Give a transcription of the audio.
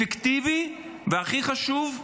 אפקטיבי והכי חשוב,